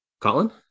Colin